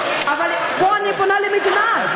אבל פה אני פונה למדינה.